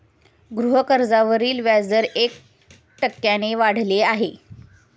गृहकर्जावरील व्याजदर एक टक्क्याने वाढला आहे